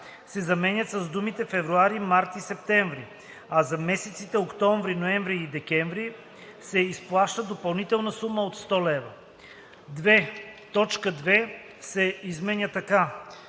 се заменят с думите „февруари, март и септември, а за месеците октомври, ноември и декември се изплаща допълнителна сума от 100 лв.“.“ 2. Точка 2 се изменя така: